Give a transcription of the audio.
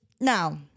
Now